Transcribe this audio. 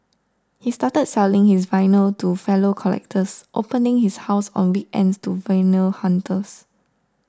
he started selling his vinyls to fellow collectors opening up his house on weekends to vinyl hunters